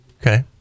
Okay